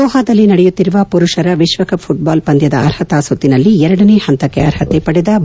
ದೋಹಾದಲ್ಲಿ ನಡೆಯುತ್ತಿರುವ ಪುರುಷರ ವಿಶ್ವಕಪ್ ಪುಟ್ಲಾಲ್ ಪಂದ್ಯದ ಅರ್ಹತಾ ಸುತ್ತಿನಲ್ಲಿ ಎರಡನೇ ಹಂತಕ್ಕೆ ಅರ್ಹತೆ ಪಡೆದ ಭಾರತ